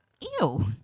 Ew